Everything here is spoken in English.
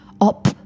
up